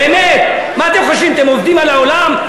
באמת, מה אתם חושבים, אתם עובדים על העולם?